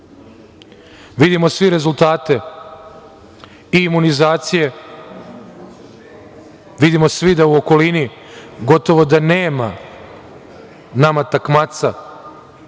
Vidimo svi rezultate i imunizacije, vidimo svi da u okolini gotovo da nema nama takmaca